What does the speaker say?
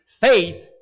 Faith